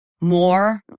more